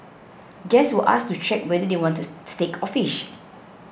guests were asked to check whether they wanted steak or fish